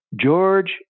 George